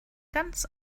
ganz